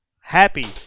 happy